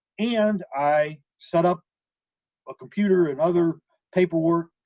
and i set up a computer and other paperwork,